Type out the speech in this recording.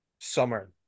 summer